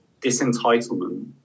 disentitlement